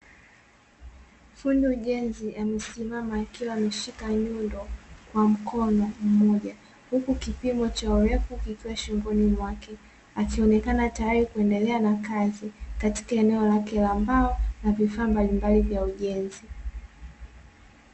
Fundi ujenzi amesimama akiwa ameshika nyundo kwa mkono mmoja, huku kipimo cha urefu kikiwa shingoni mwake akionekana tayari kuendelea na kazi katika eneo lake la mbao, na vifaa mbalimbali vya ujenzi.